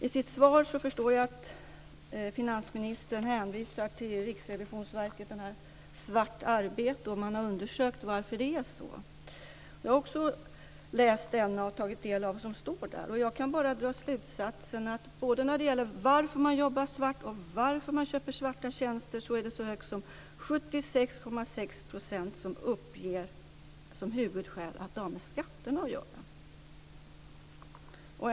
I sitt svar hänvisar finansministern till den kartläggning och undersökning som Riksrevisionsverket har gjort av det svarta arbetet. Jag har också läst den och tagit del av vad som står där. Och jag kan bara dra slutsatsen att både när det gäller varför människor jobbar svart och varför människor köper svarta tjänster så uppger så många som 76,6 % som huvudskäl att det har med skatterna att göra.